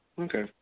Okay